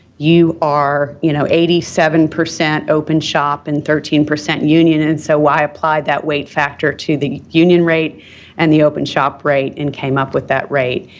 you are, you know, eighty seven percent open shop and thirteen percent union, and so, i applied that weight factor to the union rate and the open shop rate and came up with that rate,